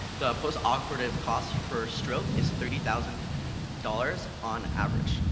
the post-operative costs for stroke is thirty thousand dollars on average.